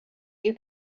you